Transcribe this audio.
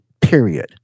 period